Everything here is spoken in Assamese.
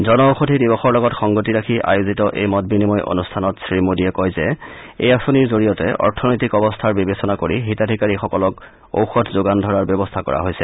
জন ঔষধি দিৱসৰ লগত সংগতি ৰাখি আয়োজিত এই মত বিনিময় অনুষ্ঠানত শ্ৰীমোদীয়ে কয় যে এই আঁচনিৰ জৰিয়তে অৰ্থনৈতিক অৱস্থাৰ বিবেচনা কৰি হিতাধিকাৰীসকলক ঔষধ যোগান ধৰাৰ ব্যৱস্থা কৰা হৈছে